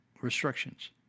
restrictions